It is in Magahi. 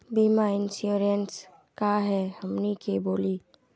बीमा इंश्योरेंस का है हमनी के बोली?